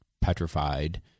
petrified